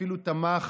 ואפילו תמך